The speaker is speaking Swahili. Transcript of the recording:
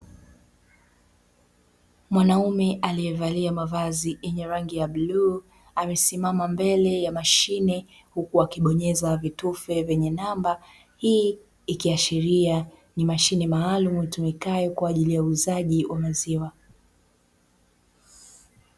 Mwanaume aliyevalia mavazi yenye rangi ya bluu, amesimama mbele ya mashine huku akibonyeza vitufe vyenye namba, hii ikiashiria ni mashine maalumu itumikayo kwa ajili ya uuzaji wa maziwa.